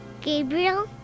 Gabriel